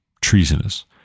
treasonous